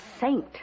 saint